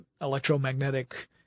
electromagnetic